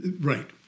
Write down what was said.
Right